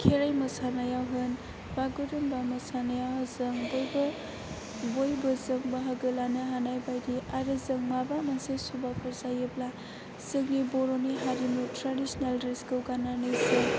खेराय मोसानायाव होन बागुरुम्बा मोसानायाव जों बयबो जों बाहागो लानो हानाय बायदि आरो जों माबा मोनसे सभाफोर जायोब्ला जोंनि बर'नि हारिमु ट्रेडिसनेल ड्रेसखौ गाननानै जों